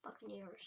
buccaneers